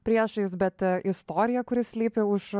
priešais bet istorija kuri slypi už